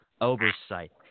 oversight